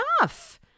enough